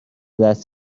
دست